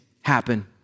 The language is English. happen